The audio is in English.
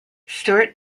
stewart